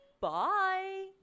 Bye